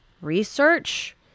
Research